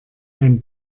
ein